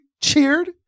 cheered